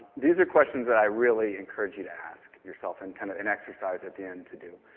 these are questions that i really encourage you to ask yourself, and kind of an exercise at the end, to do.